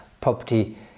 property